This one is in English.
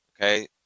Okay